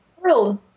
world